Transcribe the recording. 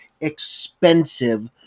expensive